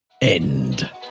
End